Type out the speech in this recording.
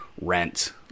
rent